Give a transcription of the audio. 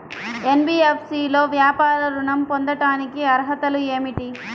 NBFC లో వ్యాపార ఋణం పొందటానికి అర్హతలు ఏమిటీ?